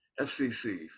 FCC